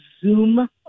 Zoom